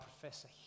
Professor